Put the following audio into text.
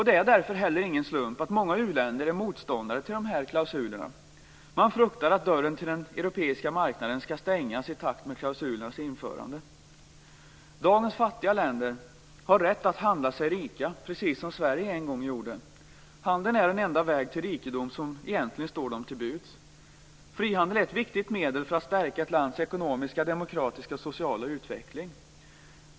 Det är därför heller ingen slump att många u-länder är motståndare till de här klausulerna. Man fruktar att dörren till den europeiska marknaden skall stängas i takt med klausulernas införande. Dagens fattiga länder har rätt att handla sig rika, precis som Sverige en gång gjorde. Handel är den enda väg till rikedom som egentligen står dem till buds. Frihandel är ett viktigt medel för att stärka ett lands ekonomiska, demokratiska och sociala utveckling.